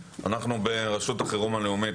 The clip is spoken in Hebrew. ברשות החירום הלאומית,